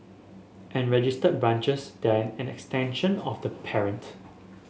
and registered branches an extension of the parent